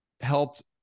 helped